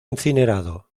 incinerado